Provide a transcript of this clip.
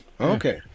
Okay